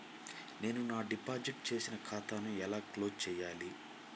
నేను నా డిపాజిట్ చేసిన ఖాతాను ఎలా క్లోజ్ చేయాలి?